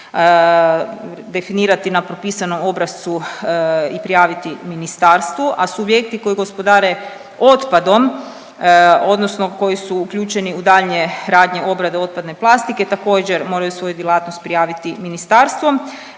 definirati na propisanom obrascu i prijaviti ministarstvu, a subjekti koji gospodare otpadom odnosno koji su uključeni u daljnje radnje obrade otpadne plastike također moraju svoju djelatnost prijaviti ministarstvu.